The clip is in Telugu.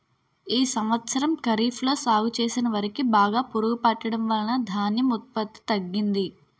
ఈ సంవత్సరం ఖరీఫ్ లో సాగు చేసిన వరి కి బాగా పురుగు పట్టడం వలన ధాన్యం ఉత్పత్తి తగ్గింది